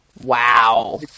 Wow